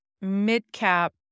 mid-cap